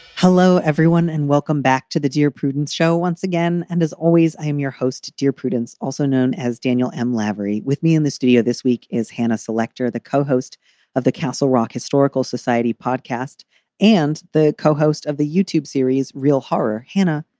hello, everyone, and welcome back to the dear prudence show once again, and as always, i am your host, dear prudence, also known as daniel m. laborie. with me in the studio this week is hannah selecter, the co-host of the castle rock historical society podcast and the co-host of the youtube series real horror. horror. hannah,